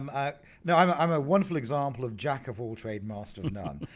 um ah you know i'm i'm a wonderful example of jack of all trades, master of none.